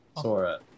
Sora